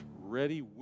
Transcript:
ready